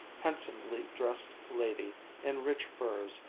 handsomely dressed lady in rich furs,